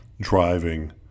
driving